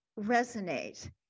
resonate